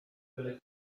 byle